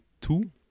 two